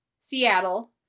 Seattle